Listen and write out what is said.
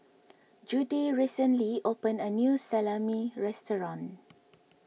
Judi recently opened a new Salami restaurant